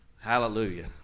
Hallelujah